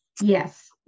Yes